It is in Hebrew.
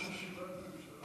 יש ישיבת ממשלה.